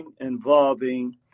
involving